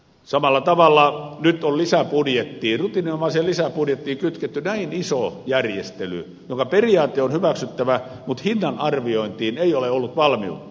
samalla tavalla nyt on lisäbudjettiin rutiininomaiseen lisäbudjettiin kytketty näin iso järjestely jonka periaate on hyväksyttävä mutta hinnan arviointiin ei ole ollut valmiutta